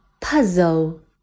puzzle